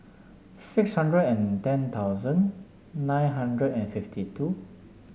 six hundred and ten thousand nine hundred and fifty two